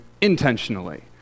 intentionally